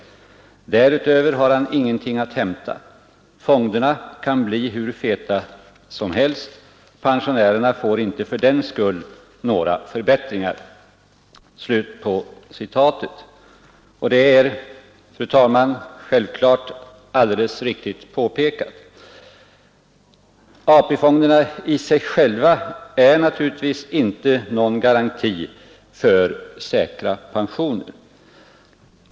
Därutöver har han ingenting att hämta. Fonderna kan bli hur feta som helst — pensionärerna får inte fördenskull några förbättringar.” Det är, fru talman, självfallet alldeles riktigt. AP-fonderna i sig själva är naturligtvis inte någon garanti för säkra pensioner.